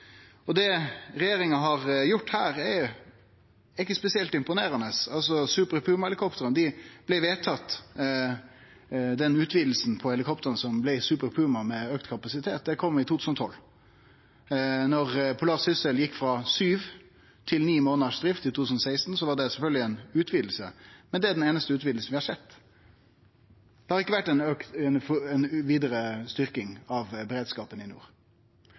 beredskap. Det regjeringa har gjort her, er ikkje spesielt imponerande. Super Puma-helikoptra blei vedtatt – utvidinga av kapasiteten – i 2012. Da «Polarsyssel» gjekk frå sju til ni månaders drift i 2016, var det sjølvsagt ei utviding, men det er den einaste utvidinga vi har sett. Det har ikkje vore ei vidare styrking av beredskapen i nord.